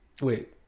Wait